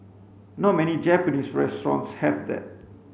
not many Japanese restaurants have that